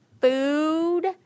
food